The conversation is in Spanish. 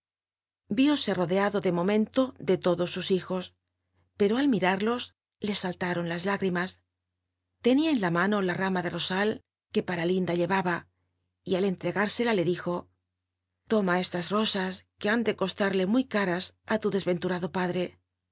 morada yióse rodeado al momento de lodos sus hijos pero al mirarlos le sallaron las lágrimas tenia en la mano la rama de rosal que para linda lloraba y al enlregarsela le dijo to ma estas rosas que han d coslarle muy caras ft lo des cnturado padre